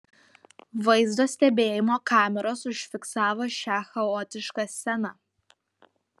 vaizdo stebėjimo kameros užfiksavo šią chaotišką sceną